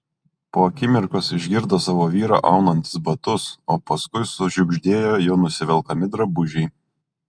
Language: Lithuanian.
po akimirkos išgirdo savo vyrą aunantis batus o paskui sušiugždėjo jo nusivelkami drabužiai